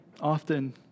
often